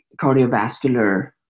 cardiovascular